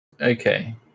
Okay